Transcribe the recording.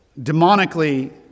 demonically